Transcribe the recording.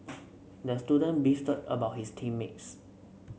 the student beefed about his team mates